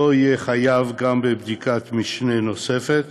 לא יהיה חייב גם בבדיקת משנה נוספת,